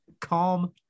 calm